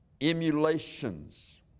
emulations